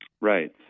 Right